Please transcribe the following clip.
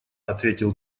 ответил